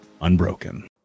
unbroken